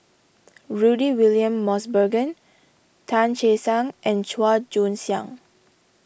Rudy William Mosbergen Tan Che Sang and Chua Joon Siang